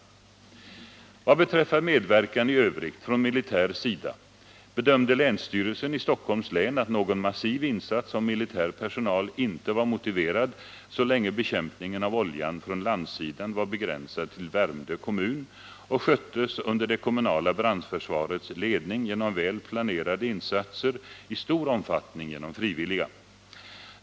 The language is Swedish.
Vad beträffar medverkan i övrigt från militär sida bedömde länsstyrelsen i Stockholms län att någon massiv insats av militär personal inte var motiverad så länge bekämpningen av oljan från landsidan var begränsad till Värmdö kommun och sköttes under det kommunala brandförsvarets ledning genom väl planerade insatser i stor omfattning genom frivilliga.